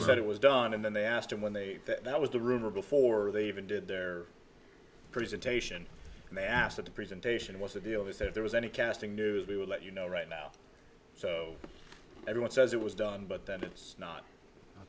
he said it was done and then they asked him when they that was the rumor before they even did their presentation and they asked at the presentation was a deal they said there was any casting news they would let you know right now everyone says it was done but that it's not